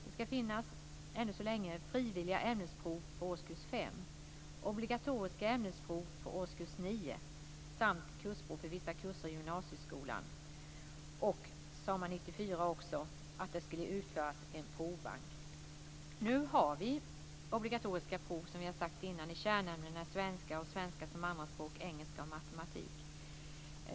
Det ska finnas ännu så länge frivilliga ämnesprov för årskurs 5, obligatoriska ämnesprov för årskurs 9 samt kursprov för vissa kurser i gymnasieskolan. 1994 sade man också att det skulle införas en provbank. Nu har vi obligatoriska prov, som vi har sagt innan, i kärnämnena svenska och svenska som andraspråk, engelska och matematik.